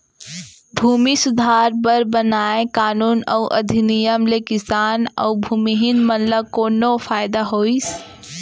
भूमि सुधार बर बनाए कानून अउ अधिनियम ले किसान अउ भूमिहीन मन ल कोनो फायदा होइस?